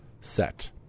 set